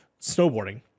snowboarding